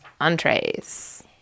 entrees